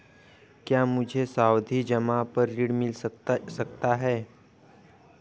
क्या मुझे सावधि जमा पर ऋण मिल सकता है?